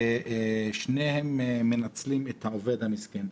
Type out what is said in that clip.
ושניהם מנצלים את העובד המסכן.